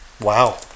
Wow